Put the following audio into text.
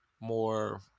more